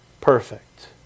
perfect